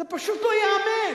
זה פשוט לא ייאמן.